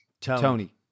Tony